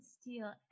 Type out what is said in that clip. steal